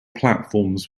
platforms